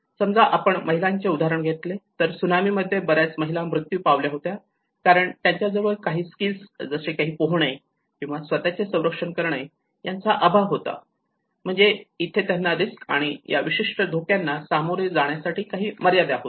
समजा आपण महिलांचे उदाहरण घेतले तर सुनामी मध्ये बऱ्याच महिला मृत्यू पावल्या होत्या कारण त्यांच्याजवळ काही स्किल्स जसे पोहणे किंवा स्वतःचे संरक्षण करणे याचा अभाव होता म्हणजे इथे त्यांना रिस्क आणि या विशिष्ट धक्यांना सामोरे जाण्यासाठी काही मर्यादा होत्या